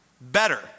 better